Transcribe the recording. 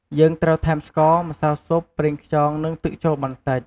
យើងត្រូវថែម ស្ករ ម្សៅស៊ុប ប្រេងខ្យង និងទឹកចូលបន្តិច។